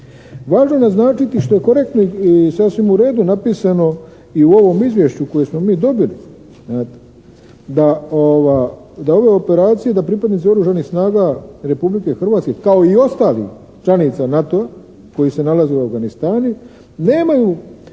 Važno je naznačiti što je korektno i sasvim u redu napisano i u ovom izvješću koje smo mi dobili, da ove operacije, da pripadnici Oružanih snaga Republike Hrvatske kao i ostalih članica NATO-a koji se nalaze u Afganistanu nemaju